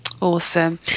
Awesome